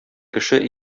кеше